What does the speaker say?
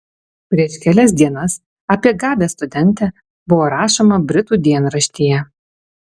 prieš kelias dienas apie gabią studentę buvo rašoma britų dienraštyje